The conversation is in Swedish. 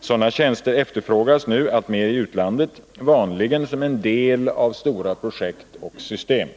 Sådana tjänster efterfrågas nu alltmer i utlandet, vanligen som del av stora projekt och system.